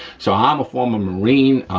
so i'm a former marine,